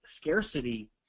Scarcity